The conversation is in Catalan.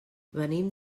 venim